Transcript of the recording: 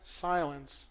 silence